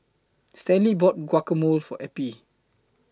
Stanley bought Guacamole For Eppie